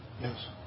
Yes